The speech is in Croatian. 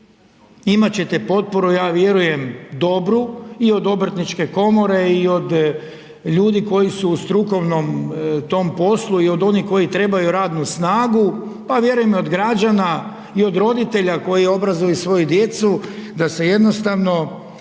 imat ćete potporu ja vjerujem dobru i od Obrtniče komore i od ljudi koji su u strukovnom tom poslu i od onih koji trebaju radnu snagu, pa vjerujem i od građana i od roditelja koji obrazuju svoju djecu da se jednostavno